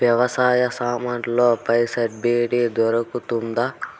వ్యవసాయ సామాన్లలో పై సబ్సిడి దొరుకుతుందా?